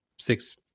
six